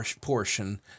portion